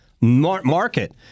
market